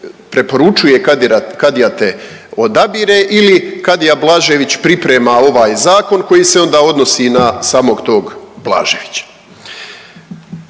preporučuje, kadija te odabire ili kadija Blažević priprema ovaj Zakon koji se onda odnosi na samog tog Blaževića.